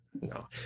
No